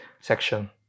section